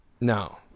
no